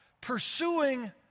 pursuing